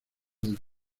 del